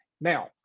Now